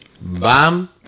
Bam